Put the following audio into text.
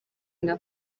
nka